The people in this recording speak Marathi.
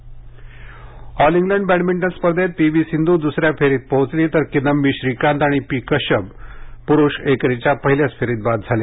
बॅडमिंटन ऑल इंग्लंड बॅडमिंटन स्पर्धेत पीवी सिंधू द्सऱ्या फेरीत पोहोचली तर किदम्बी श्रीकांत आणि पी कश्यम प्रूष एकेरीच्या पहिल्याच फेरीत बाद झाले